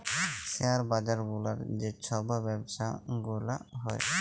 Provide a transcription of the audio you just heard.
share বাজার গুলার যে ছব ব্যবছা গুলা হ্যয়